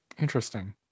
Interesting